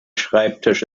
schreibtisch